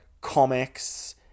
comics